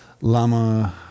Lama